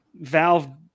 Valve